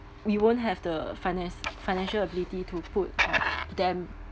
we won't have the finance financial ability to put them